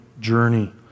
journey